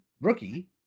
rookie